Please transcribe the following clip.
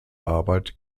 arbeit